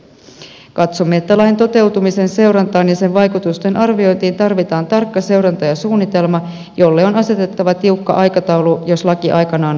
katsomme että lain toteutumisen seurantaan ja sen vaikutusten arviointiin tarvitaan tarkka seuranta ja suunnitelma jolle on asetettava tiukka aikataulu jos laki aikanaan astuu voimaan